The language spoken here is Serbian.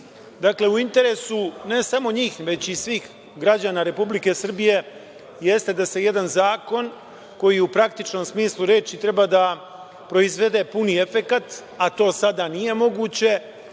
Dakle, u interesu, ne samo njih, već i svih građana Republike Srbije jeste da se jedan zakon, koji u praktičnom smislu reči treba da proizvede puni efekat, a to sada nije moguće,